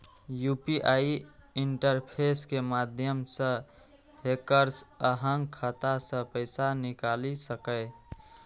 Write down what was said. UPI interface के माध्यम सं हैकर्स अहांक खाता सं पैसा निकालि सकैए